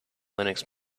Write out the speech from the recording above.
linux